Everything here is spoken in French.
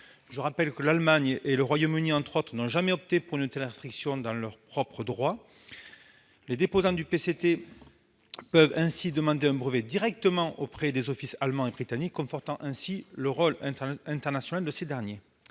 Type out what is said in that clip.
Je rappelle que l'Allemagne et le Royaume-Uni, entre autres, n'ont jamais opté pour une telle restriction dans leur propre droit. Les déposants du PCT peuvent ainsi demander un brevet directement auprès des offices allemand et britannique, confortant ainsi le rôle international de ces derniers.